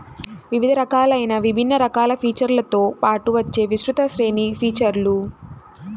వివిధ రకాలైన విభిన్న రకాల ఫీచర్లతో పాటు వచ్చే విస్తృత శ్రేణి ఫీచర్లు